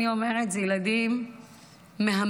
אני אומרת שאלה ילדים מהממים,